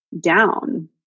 down